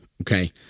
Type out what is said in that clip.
okay